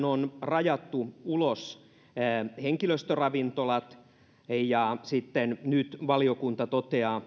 on rajattu ulos henkilöstöravintolat ja nyt valiokunta toteaa